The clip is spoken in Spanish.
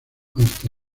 hasta